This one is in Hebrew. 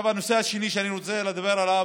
הנושא השני שאני רוצה לדבר עליו